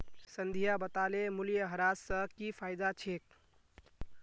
संध्या बताले मूल्यह्रास स की फायदा छेक